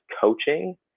coaching